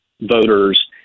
voters